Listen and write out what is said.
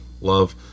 love